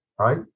Right